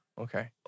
Okay